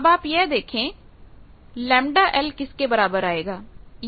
अब आप यह देखें ΓL किसके बराबर आएगा